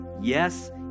Yes